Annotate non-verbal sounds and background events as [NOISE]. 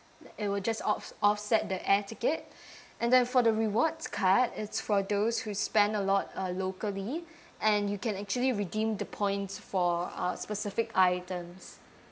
it'll just off~ offset the air ticket [BREATH] and then for the rewards card it's for those who spend a lot uh locally [BREATH] and you can actually redeem the points for uh specific items